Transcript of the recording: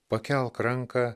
pakelk ranką